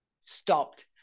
stopped